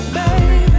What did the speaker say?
baby